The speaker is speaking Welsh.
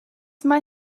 mae